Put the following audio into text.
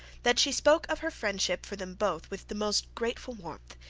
that she spoke of her friendship for them both with the most grateful warmth,